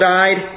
died